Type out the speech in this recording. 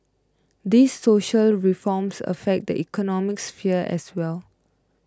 these social reforms affect the economic sphere as well